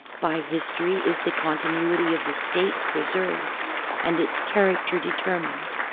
by history is the continuity of the state pre served and its character determined.